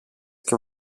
και